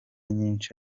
nyinshi